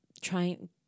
trying